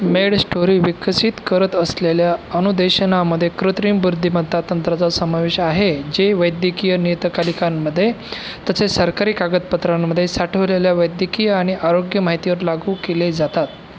MedStory विकसित करत असलेल्या अनुदेशनामध्ये कृत्रिम बुद्धिमत्ता तंत्रांचा समावेश आहे जे वैद्यकीय नियतकालिकांमध्ये तसेच सरकारी कागदपत्रांमध्ये साठवलेल्या वैद्यकीय आणि आरोग्य माहितीवर लागू केले जातात